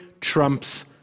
trumps